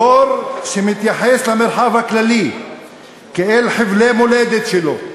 דור שמתייחס למרחב הכללי כאל חבלי מולדת שלו,